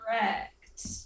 correct